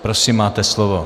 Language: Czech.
Prosím, máte slovo.